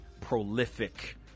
prolific